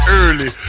early